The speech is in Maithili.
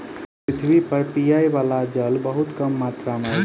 पृथ्वी पर पीबअ बला जल बहुत कम मात्रा में अछि